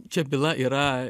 čia byla yra